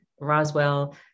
roswell